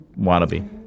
wannabe